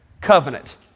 Covenant